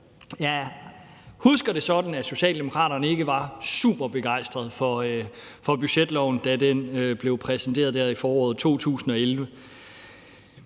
Jeg husker det sådan, at Socialdemokraterne ikke var superbegejstrede for budgetloven, da den blev præsenteret der i foråret 2011,